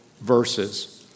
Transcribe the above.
verses